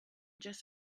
just